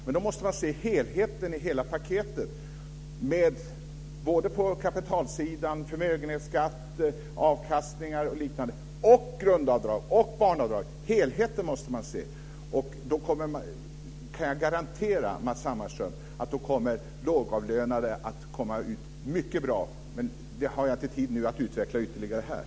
Men man måste se helheten i hela paketet: kapitalsidan, förmögenhetsskatten, avkastningar och liknande, liksom grundavdrag och barnavdrag. Helheten måste man se. Jag kan garantera Matz Hammarström att de lågavlönade då kommer att komma ut mycket bra. Men det har jag inte tid att utveckla ytterligare här.